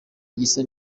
igisa